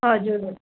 हजुर